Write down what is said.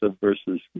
versus